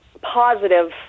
positive